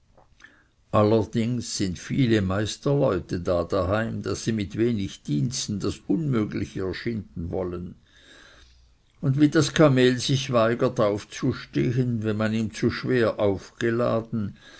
allerdings sind viele meisterleute da daheim daß sie mit wenig diensten das unmögliche erschinden wollen und wie das kamel sich weigert aufzustehen wenn man ihm zu schwer aufgeladen